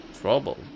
trouble